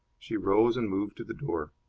she rose and moved to the door.